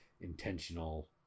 intentional